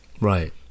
Right